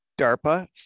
DARPA